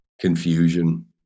confusion